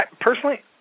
Personally